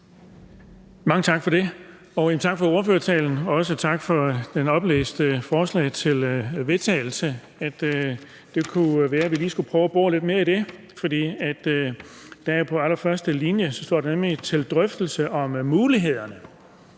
Mange tak for det. Tak for ordførertalen. Også tak for det fremsatte forslag til vedtagelse, som det kunne være vi lige skulle prøve at bore lidt mere i. På allerførste linje står der nemlig »til drøftelse af mulighederne«,